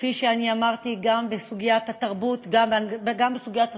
כפי שאני אמרתי גם בסוגיית התרבות וגם בסוגיית הספורט,